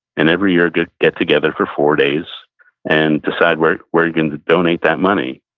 and every year get get together for four days and decide where where you're going to donate that money.